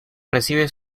recibe